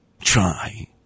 try